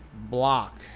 Block